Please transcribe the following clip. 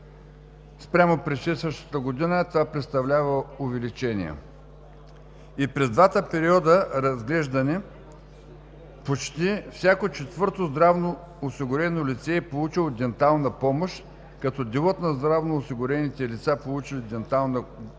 Спрямо предшестващата година това представлява увеличение. И през двата разглеждани периода почти всяко четвърто здравноосигурено лице е получило дентална помощ, като делът на здравноосигурените лица, получили дентална помощ